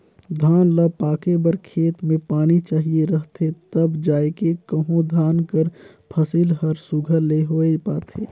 धान ल पाके बर खेत में पानी चाहिए रहथे तब जाएके कहों धान कर फसिल हर सुग्घर ले होए पाथे